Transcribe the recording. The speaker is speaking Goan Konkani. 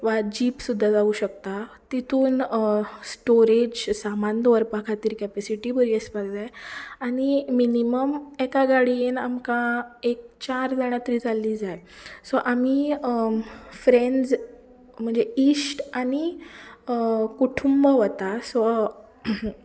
वा जीप सुद्दां जावूंक शकता तितूंत स्टोरेज सामान दवरपा खातीर कॅपेसिटीय बरी आसपाक जाय आनी मिनीमम एका गाडयेन आमकां एक चार जाणां तरी जाल्ली जाय सो आमी फ्रेंड्ज म्हणजे इश्ट आनी कुटूंब वता सो